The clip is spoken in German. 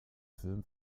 film